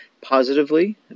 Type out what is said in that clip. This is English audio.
positively